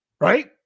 right